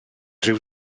rhyw